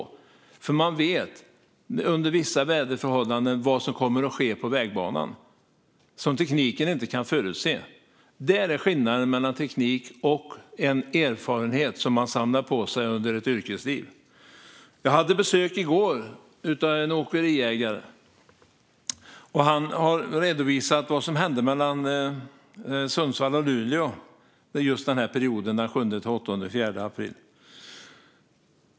Man vet vad som kommer att ske på vägbanan under vissa väderförhållanden, och det kan tekniken inte förutse. Detta är skillnaden mellan teknik och erfarenhet som man samlar på sig under ett yrkesliv. Jag hade i går besök av en åkeriägare. Han redovisade vad som hände mellan Sundsvall och Luleå under just denna period, den 7-8 april.